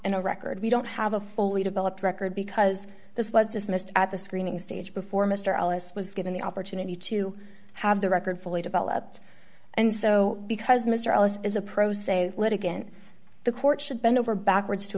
in a record we don't have a fully developed record because this was dismissed at the screening stage before mr ellis was given the opportunity to have the record fully developed and so because mr ellis is a pro se litigant the court should bend over backwards to